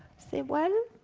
say, well,